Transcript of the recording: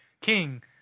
king